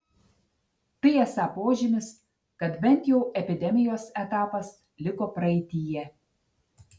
tai esą požymis kad bent jau epidemijos etapas liko praeityje